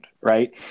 right